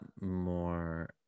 more